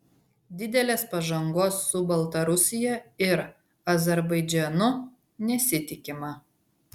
didelės pažangos su baltarusija ir azerbaidžanu nesitikima